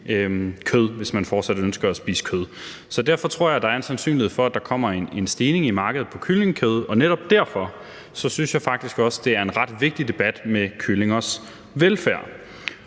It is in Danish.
kød, hvis man fortsat ønsker at spise kød. Derfor tror jeg, at der er en sandsynlighed for, at der kommer en stigning i markedet for kyllingekød, og netop derfor synes jeg faktisk også, at debatten om kyllingers velfærd